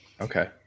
okay